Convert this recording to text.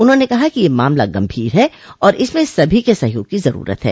उन्होंने कहा कि यह मामला गम्भीर है और इसमें सभी के सहयोग की जरूरत है